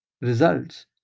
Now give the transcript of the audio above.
results